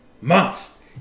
Months